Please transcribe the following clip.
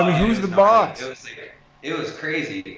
who's the boss? it was crazy.